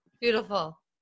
Beautiful